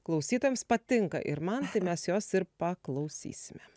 klausytojams patinka ir man tai mes jos ir paklausysime